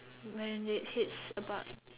when it hits about